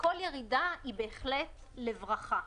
וכל ירידה היא בהחלט לברכה.